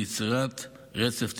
ליצירת רצף טיפול.